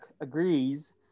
agrees